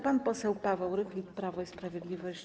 Pan poseł Paweł Rychlik, Prawo i Sprawiedliwość.